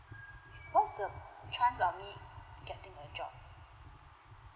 what's the chance of me getting a job